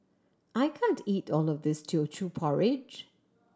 I can't eat all of this Teochew Porridge